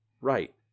Right